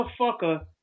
motherfucker